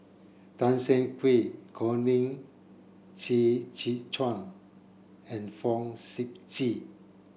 Tan Siah Kwee Colin Qi Zhe Quan and Fong Sip Chee